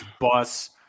bus